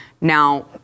Now